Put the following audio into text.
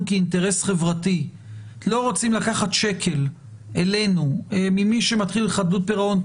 כאינטרס חברתי לא רוצים לקחת שקל אלינו ממי שמתחיל חדלות פירעון,